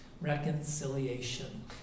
reconciliation